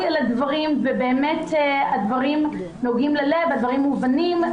על הדברים ובאמת הדברים נוגעים ללב ומובנים.